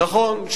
נכון.